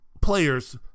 players